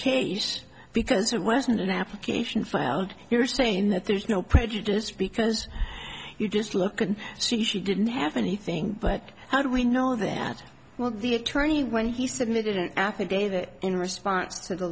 case because it wasn't an application filed you're saying that there's no prejudice because you just look and see she didn't have anything but how do we know that the attorney when he submitted an app in response to th